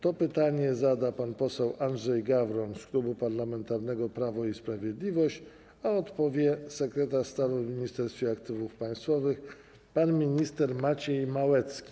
To pytanie zada pan poseł Andrzej Gawron z Klubu Parlamentarnego Prawo i Sprawiedliwość, a odpowie sekretarz stanu w Ministerstwie Aktywów Państwowych pan minister Maciej Małecki.